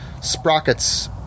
sprockets